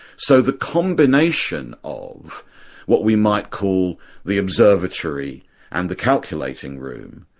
so the combination of what we might call the observatory and the calculating room,